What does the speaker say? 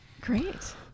great